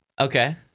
Okay